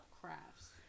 Crafts